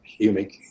humic